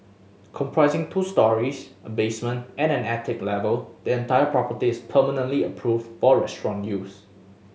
comprising two storeys a basement and an attic level the entire property is permanently approved for restaurant use